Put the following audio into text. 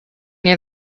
near